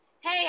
Hey